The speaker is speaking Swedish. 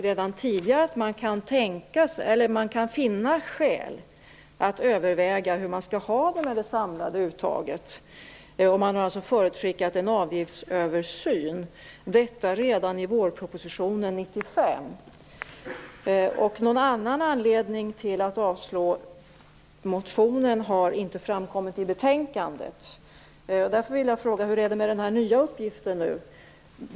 Redan tidigare har man sagt att man kan finna skäl att överväga hur man skall ha det med det samlade uttaget. Man har alltså förutskickat en avgiftsöversyn - detta redan i vårpropositionen 1995. Någon annan anledning till att avslå motionen har inte framkommit i betänkandet. Därför vill jag fråga hur det är med den nya uppgiften.